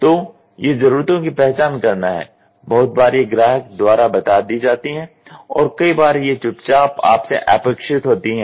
तो ये जरूरतों की पहचान करना है बहुत बार ये ग्राहक द्वारा बता दी जाती हैं और कई बार ये चुपचाप आप से अपेक्षित होती हैं